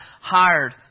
hired